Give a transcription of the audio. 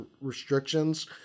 restrictions